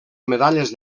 medalles